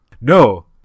No